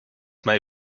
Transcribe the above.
may